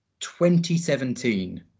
2017